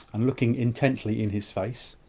and looking intently in his face.